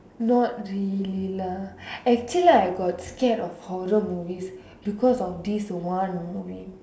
not really lah actually I got scared of horror movies because of this one movie